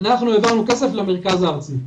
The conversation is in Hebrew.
העברנו כסף למרכז הארצי.